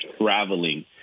traveling